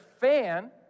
fan